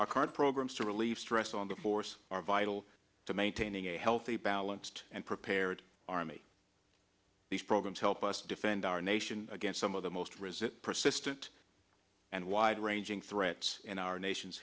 our current programs to relieve stress on the force are vital to maintaining a healthy balanced and prepared army these programs help us defend our nation against some of the most resist persistent and wide ranging threats in our nation